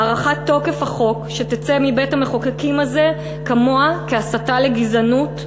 הארכת תוקף החוק שתצא מבית-המחוקקים הזה כמוה כהסתה לגזענות,